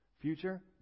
Future